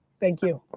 thank you.